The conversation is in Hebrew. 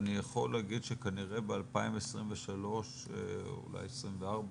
אני יכול להגיד שכנראה ב- 2023 אולי 2024,